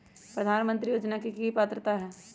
प्रधानमंत्री योजना के की की पात्रता है?